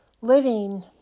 living